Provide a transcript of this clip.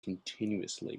continuously